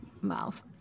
mouth